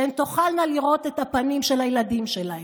שהן תוכלנה לראות את הפנים של הילדים שלהן,